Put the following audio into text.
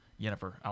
Jennifer